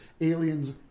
aliens